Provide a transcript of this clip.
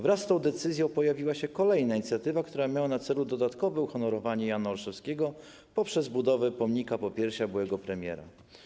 Wraz z tą decyzją pojawiła się kolejna inicjatywa, która miała na celu dodatkowe uhonorowanie Jana Olszewskiego poprzez budowę pomnika, popiersia byłego premiera.